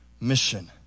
mission